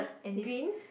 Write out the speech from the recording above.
green